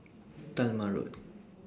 Talma Road